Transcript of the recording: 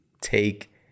take